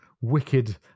wicked